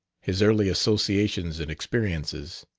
his early associations and experiences.